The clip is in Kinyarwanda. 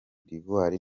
d’ivoire